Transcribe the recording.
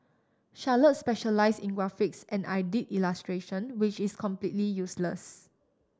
Charlotte specialise in graphics and I did illustration which is completely useless